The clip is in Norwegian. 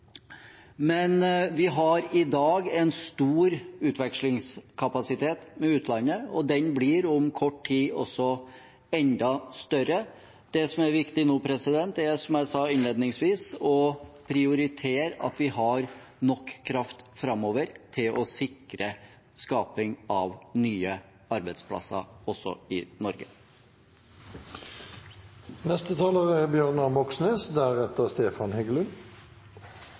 Men vi har i dag en stor utvekslingskapasitet med utlandet, og den blir om kort tid også enda større. Det som er viktig nå, er, som jeg sa innledningsvis, å prioritere at vi har nok kraft framover til å sikre skaping av nye arbeidsplasser også i